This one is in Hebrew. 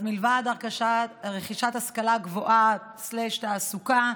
אז לבד מרכישת השכלה גבוהה או תעסוקה,